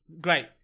great